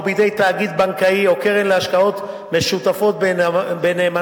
או בידי תאגיד בנקאי או קרן להשקעות משותפות בנאמנות,